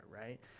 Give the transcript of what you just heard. right